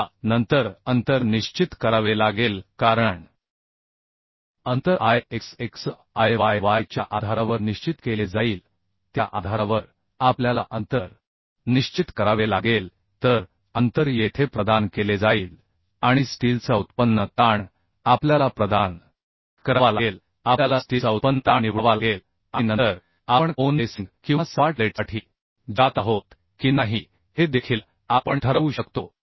आता नंतर अंतर निश्चित करावे लागेल कारण अंतर I x x I y y च्या आधारावर निश्चित केले जाईल त्या आधारावर आपल्याला अंतर निश्चित करावे लागेल तर अंतर येथे प्रदान केले जाईल आणि स्टीलचा उत्पन्न स्ट्रेसआपल्याला प्रदान करावा लागेल आपल्याला स्टीलचा उत्पन्न स्ट्रेसनिवडावा लागेल आणि नंतर आपण कोन लेसिंग किंवा सपाट प्लेटसाठी जात आहोत की नाही हे देखील आपण ठरवू शकतो